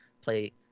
play